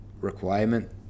requirement